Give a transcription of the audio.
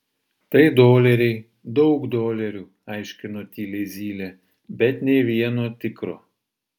tai doleriai daug dolerių aiškino tyliai zylė bet nė vieno tikro